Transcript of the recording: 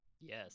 Yes